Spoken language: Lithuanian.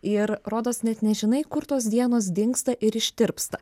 ir rodos net nežinai kur tos dienos dingsta ir ištirpsta